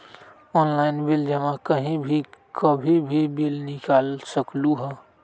Online bill जमा कहीं भी कभी भी बिल निकाल सकलहु ह?